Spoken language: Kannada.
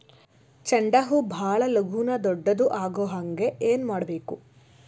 ಚಂಡ ಹೂ ಭಾಳ ಲಗೂನ ದೊಡ್ಡದು ಆಗುಹಂಗ್ ಏನ್ ಮಾಡ್ಬೇಕು?